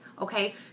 Okay